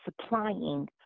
supplying